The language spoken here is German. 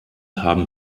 haben